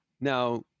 Now